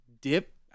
dip